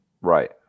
Right